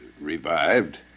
revived